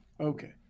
Okay